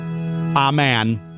Amen